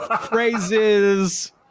phrases